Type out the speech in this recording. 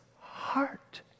heart